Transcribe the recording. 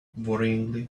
worryingly